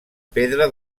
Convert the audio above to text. pedra